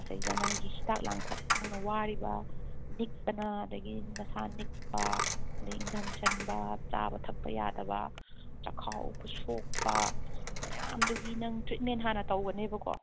ꯃꯁꯤꯗꯩꯗ ꯅꯪꯒꯤ ꯍꯤꯗꯥꯛ ꯂꯥꯡꯊꯛ ꯅꯪꯅ ꯋꯥꯔꯤꯕ ꯅꯤꯛꯇꯅ ꯑꯗꯒꯤ ꯅꯁꯥ ꯅꯤꯛꯄ ꯑꯗꯒꯤ ꯏꯪꯊꯝ ꯆꯟꯕ ꯆꯥꯕ ꯊꯛꯄ ꯌꯥꯗꯕ ꯆꯥꯛꯈꯥꯎꯒ ꯁꯣꯛꯄ ꯃꯌꯥꯝꯗꯨꯒꯤ ꯅꯪ ꯇ꯭ꯔꯤꯠꯃꯦꯟ ꯍꯥꯟꯅ ꯇꯧꯒꯅꯦꯕꯀꯣ